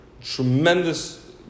tremendous